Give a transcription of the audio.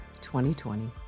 2020